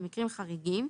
במקרים חריגים,